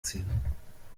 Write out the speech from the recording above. ziehen